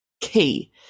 key